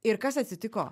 ir kas atsitiko